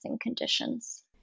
conditions